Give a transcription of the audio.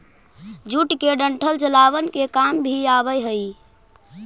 jute के डंठल जलावन के काम भी आवऽ हइ